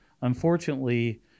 Unfortunately